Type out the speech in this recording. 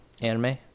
anime